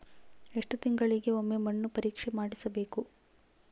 ಎಷ್ಟು ತಿಂಗಳಿಗೆ ಒಮ್ಮೆ ಮಣ್ಣು ಪರೇಕ್ಷೆ ಮಾಡಿಸಬೇಕು?